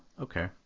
okay